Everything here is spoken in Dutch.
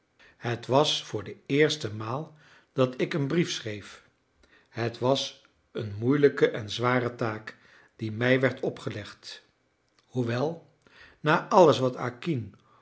het was voor de eerste maal dat ik een brief schreef het was een moeilijke en zware taak die mij werd opgelegd hoewel na alles wat